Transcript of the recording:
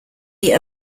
die